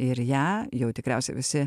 ir ją jau tikriausia visi